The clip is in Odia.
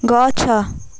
ଗଛ